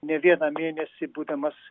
ne vieną mėnesį būdamas